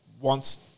Wants